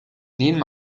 neil